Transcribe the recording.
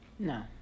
No